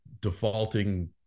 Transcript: defaulting